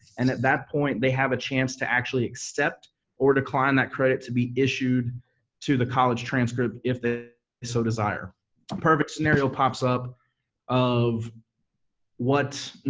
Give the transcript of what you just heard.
and at that point they have a chance to actually accept or decline that credit to be issued to the college transcript if they so desire. a perfect scenario pops up of what,